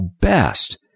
best